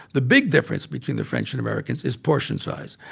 the big difference between the french and americans is portion size.